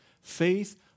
faith